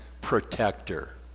protector